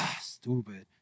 stupid